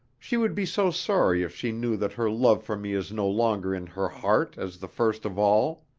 she would be so sorry if she knew that her love for me is no longer in her heart as the first of all!